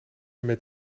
met